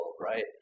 right